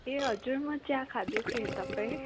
ए हजुर म चिया खाँदै थिएँ तपाईँ